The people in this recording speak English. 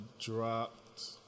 dropped